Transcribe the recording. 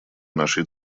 нашей